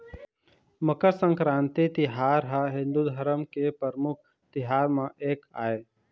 मकर संकरांति तिहार ह हिंदू धरम के परमुख तिहार म एक आय